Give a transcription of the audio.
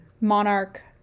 monarch